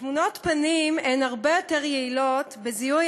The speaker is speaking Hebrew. תמונות פנים הרבה יותר יעילות בזיהוי